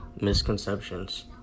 misconceptions